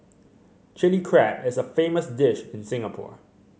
Chilli Crab is a famous dish in Singapore